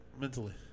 mentally